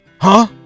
Huh